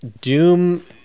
Doom